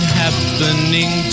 happening